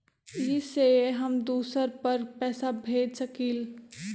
इ सेऐ हम दुसर पर पैसा भेज सकील?